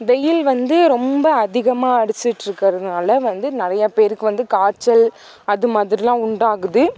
வெயில் வந்து ரொம்ப அதிகமாக அடிச்சிட்ருக்கிறதுனால வந்து நிறைய பேருக்கு வந்து காய்ச்சல் அதுமாதிரிலாம் உண்டாகுது